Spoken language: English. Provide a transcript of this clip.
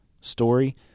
story